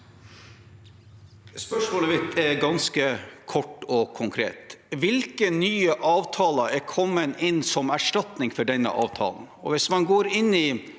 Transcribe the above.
Spørsmålet mitt er ganske kort og konkret: Hvilke nye avtaler er kommet inn som erstatning for denne avtalen?